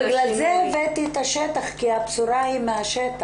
בגלל זה הבאתי את השטח כי הבשורה היא מהשטח.